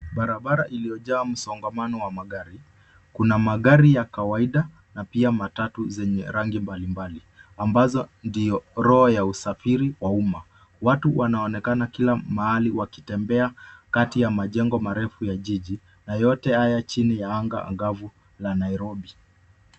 Barabara iliyojaa msongamano wa magari. Kuna magari ya kawaida na pia matatu zenye rangi mbalimbali ambazo ndio roho ya usafiri wa umma. Watu wanaonekana kila mahali wakitembea kati ya majengo marefu ya jiji na yote haya chini ya anga angavu la Nairobi.